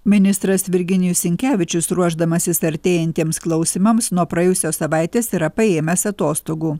ministras virginijus sinkevičius ruošdamasis artėjantiems klausimams nuo praėjusios savaitės yra paėmęs atostogų